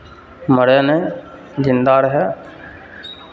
मरय नहि जिंदा रहय